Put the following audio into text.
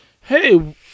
hey